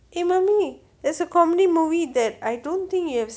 eh mummy there's a comedy movie that I don't think you have seen